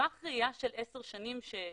טווח ראייה של עשר שנים שפרופ'